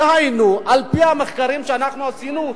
דהיינו, על-פי המחקרים שאנחנו עשינו,